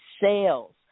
sales